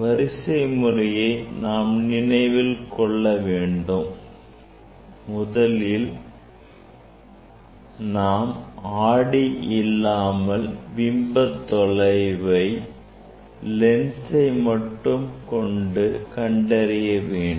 வரிசை முறையை நாம் நினைவில் கொள்ள வேண்டும் முதலில் நாம் ஆடி இல்லாமல் பிம்பத் தொலைவை லென்சை கொண்டு கண்டறிய வேண்டும்